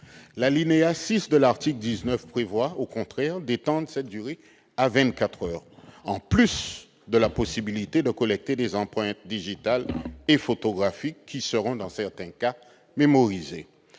L'alinéa 6 de l'article 19 prévoit au contraire d'étendre cette durée à vingt-quatre heures, en plus de la possibilité de collecter des empreintes digitales et des photographies, qui seront dans certains cas mémorisées.